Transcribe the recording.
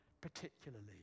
particularly